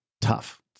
tough